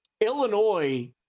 Illinois